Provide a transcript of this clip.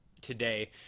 today